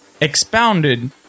expounded